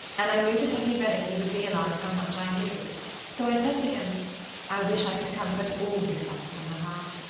and i knew that when he read it he would realise how much i knew so i said to him i wish i could comfort all who suffer from the heart.